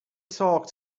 talk